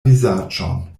vizaĝon